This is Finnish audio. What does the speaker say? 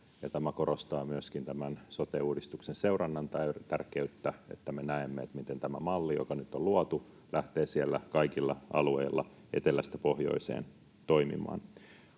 Tämä korostaa myöskin tämän sote-uudistuksen seurannan tärkeyttä, että me näemme, miten tämä malli, joka nyt on luotu, lähtee toimimaan kaikilla alueilla etelästä pohjoiseen.